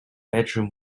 bedroom